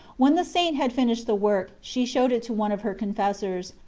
when the saint had finished the work, she showed it to one of her confessors,